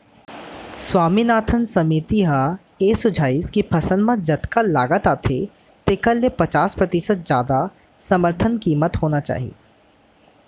स्वामीनाथन समिति ह ए सुझाइस के फसल म जतका लागत आथे तेखर ले पचास परतिसत जादा समरथन कीमत होना चाही